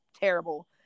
terrible